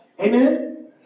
Amen